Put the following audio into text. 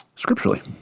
Scripturally